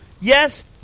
Yes